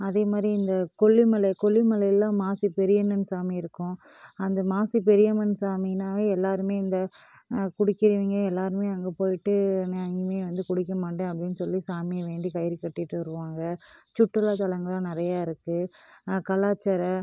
அதே மாதிரி இந்த கொல்லிமலை கொல்லிமலைல மாசி பெரியண்ணன் சாமி இருக்கும் அந்த மாசி பெரியம்மன் சாமினாவே எல்லோருமே இந்த குடிக்கிறவைங்க எல்லோருமே அங்க போயிட்டு நான் இனிமே வந்து குடிக்க மாட்டேன் அப்படின் சொல்லி சாமியை வேண்டி கயிறு கட்டிகிட்டு வருவாங்க சுற்றுலாத்தலங்களும் நிறையா இருக்குது கலாச்சார